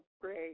great